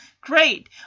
great